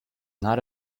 not